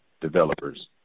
developers